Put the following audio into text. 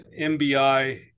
MBI